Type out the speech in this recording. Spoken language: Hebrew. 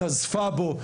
נזפה בו,